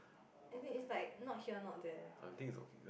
but I think it's okay like